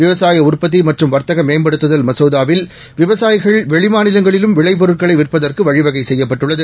விவசாயஉற்பத்திமற்றும்வர்த்தகமேம்படுத்துதல்மசோதாவி ல் விவசாயிகள்வெளிமாநிலங்களிலும்விளைபொருட்களைவிற் பதற்குவழிவகைசெய்யப்பட்டுள்ளது